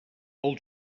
pel